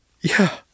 yeah